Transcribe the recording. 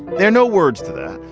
there are no words to that,